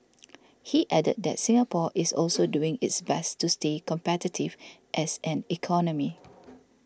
he added that Singapore is also doing its best to stay competitive as an economy